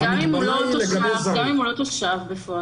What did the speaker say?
גם אם הוא לא תושב בפועל.